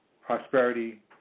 prosperity